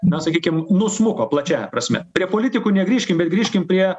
na sakykim nusmuko plačiąja prasme prie politikų negrįžkim bet grįžkim prie